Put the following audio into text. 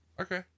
Okay